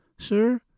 Sir